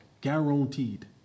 Guaranteed